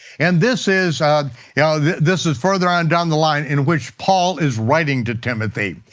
and this is um yeah this is further on down the line in which paul is writing to timothy.